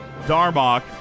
darmok